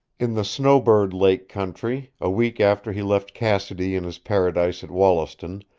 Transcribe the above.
in the snowbird lake country, a week after he left cassidy in his paradise at wollaston,